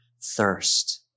thirst